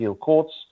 courts